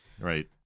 Right